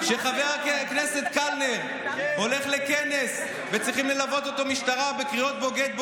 חבר הכנסת קלנר הולך לכנס וצריכים ללוות אותו שוטרים תחת קריאות "בוגד,